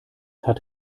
hat